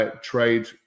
trade